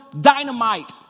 dynamite